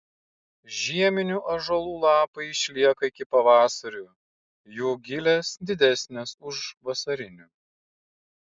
žieminių ąžuolų lapai išlieka iki pavasario jų gilės didesnės už vasarinių